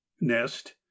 nest